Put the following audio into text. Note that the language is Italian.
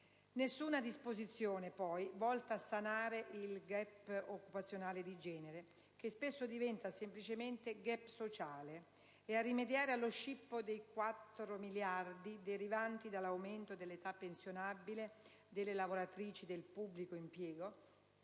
Nessuna disposizione poi è volta a sanare il *gap* occupazionale di genere, che spesso diventa semplicemente*gap* sociale, e a rimediare allo scippo dei quattro miliardi derivanti dall'aumento dell'età pensionabile delle lavoratrici del pubblico impiego,